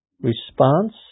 response